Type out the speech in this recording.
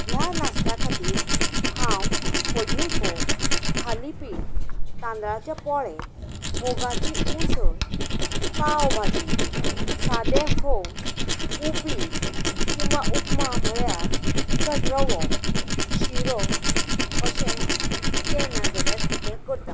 ह्या नाशत्या खातीर हांव फोडणी फोव थाली पीठ तांदळाचे पोळे मुगाची उसळ पांव भाजी सादे फोव उपीट किंवा उपमा म्हणल्यार तिखट रवो शिरो अशें कितें ना जाल्यार कितें करतां